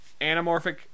Anamorphic